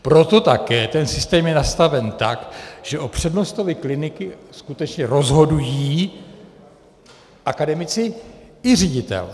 Proto také ten systém je nastaven tak, že o přednostovi kliniky skutečně rozhodují akademici i ředitel.